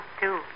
two